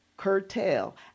curtail